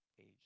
age